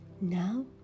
Now